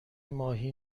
ماهی